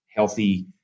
Healthy